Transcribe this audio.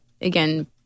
again